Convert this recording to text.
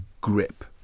grip